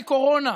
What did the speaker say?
כי קורונה.